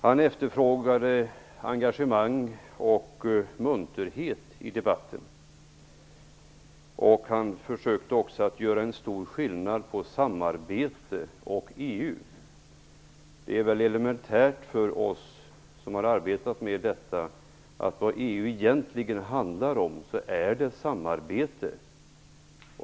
Han efterfrågade engagemang och munterhet i debatten och försökte också göra stor skillnad mellan samarbete och EU. För oss som har arbetat med detta är det elementärt att vad EU egentligen handlar om är samarbete.